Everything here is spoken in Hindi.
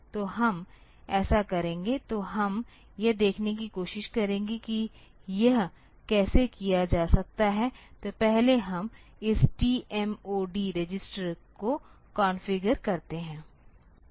तो हम ऐसा करेंगे तो हम यह देखने की कोशिश करेंगे कि यह कैसे किया जा सकता है तो पहले हम इस TMOD रजिस्टर को कॉन्फ़िगर करते हैं